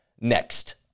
next